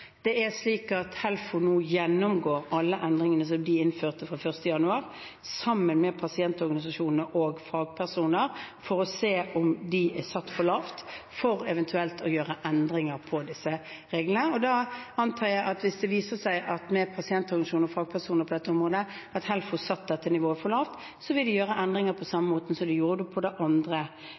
Helfo gjennomgår nå alle endringene som de innførte fra 1. januar, sammen med pasientorganisasjonene og fagpersoner, for å se om de takene er satt for lavt, og eventuelt gjøre endringer av disse reglene. Da antar jeg at hvis det viser seg – når man har sett på dette sammen med pasientorganisasjoner og fagpersoner på dette området – at Helfo satte taket for lavt, vil de gjøre endringer, på samme måte som de gjorde på det andre